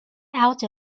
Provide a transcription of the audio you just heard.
out